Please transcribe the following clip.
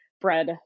bread